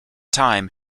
time